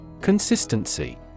consistency